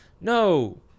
No